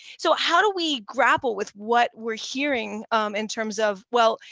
so how do we grapple with what we're hearing in terms of, well,